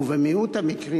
ובמיעוט המקרים,